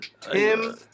Tim